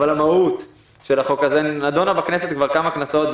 המהות של החוק הזה נדונה בכנסת כבר כמה כנסות,